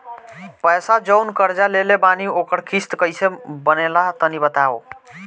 पैसा जऊन कर्जा लेले बानी ओकर किश्त कइसे बनेला तनी बताव?